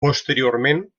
posteriorment